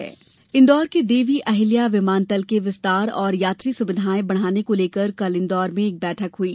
airport बैठक इन्दौर के देवी अहिल्या विमानतल के विस्तार और यात्री सुविधायें बढ़ाने को लेकर कल इन्दौर में एक बैठक हुई